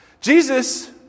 Jesus